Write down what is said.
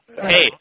Hey